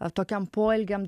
tokiem poelgiam